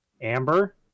Amber